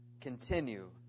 continue